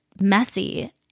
messy